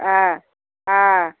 ஆ ஆ